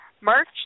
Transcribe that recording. March